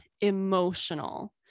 emotional